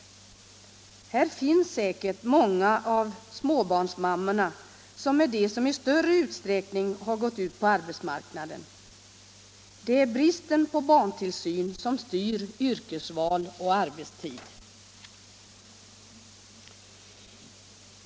Här finns säkert många av småbarnsmammorna, som är de som i större utsträckning har gått ut på arbetsmarknaden. Det är bristen på barntillsyn som styr yrkesval och arbetstid.